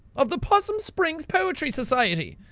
of the possum springs poetry society.